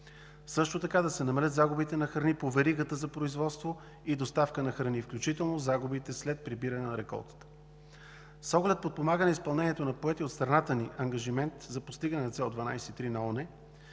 също така да се намалят загубите на храни по веригата за производство и доставка на храни, включително загубите след прибиране на реколтата. С оглед подпомагане изпълнението на поетия от страната ни ангажимент за постигането ѝ, както